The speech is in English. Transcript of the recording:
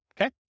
Okay